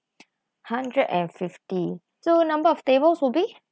hundred and fifty so number of tables will be